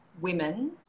women